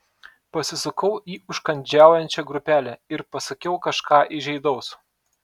pasisukau į užkandžiaujančią grupelę ir pasakiau kažką įžeidaus